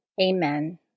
Amen